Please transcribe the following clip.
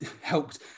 helped